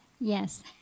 Yes